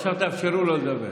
עכשיו תאפשרו לו לדבר.